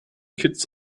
kitts